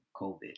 COVID